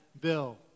bill